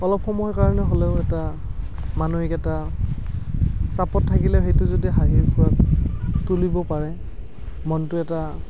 অলপ সময়ৰ কাৰণে হ'লেও এটা মানসিক এটা চাপত থাকিলেও সেইটো যদি হাঁহিৰ খোৰাক তুলিব পাৰে মনটো এটা